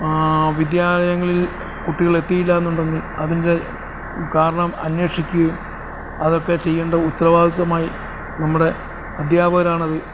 വിദ്യാലയങ്ങളിൽ കുട്ടികൾ എത്തിയില്ല എന്നുണ്ടെങ്കിൽ അതിൻറ്റെ കാരണം അന്വേഷിക്കുകയും അതൊക്കെ ചെയ്യേണ്ട ഉത്തരവാദിത്തമായി നമ്മുടെ അധ്യാപകരാണത്